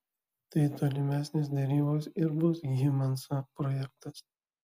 tai tolimesnės derybos ir bus hymanso projektas